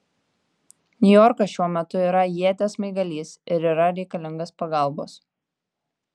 niujorkas šiuo metu yra ieties smaigalys ir yra reikalingas pagalbos